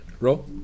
Roll